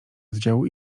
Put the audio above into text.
oddziału